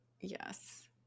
Yes